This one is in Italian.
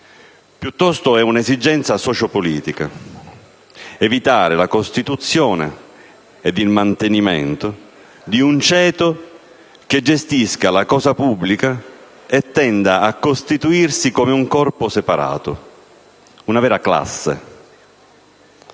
piuttosto un'esigenza sociopolitica: evitare la costituzione ed il mantenimento di un ceto che gestisca la cosa pubblica e tenda a costituirsi come un corpo separato, come una vera classe.